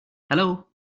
hello